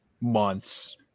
months